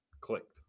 clicked